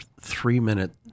three-minute